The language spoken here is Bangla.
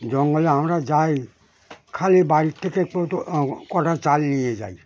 জঙ্গলে আমরা যাই খালি বাড়ির থেকে কটা চাল নিয়ে যাই